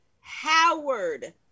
Howard